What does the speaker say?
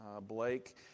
Blake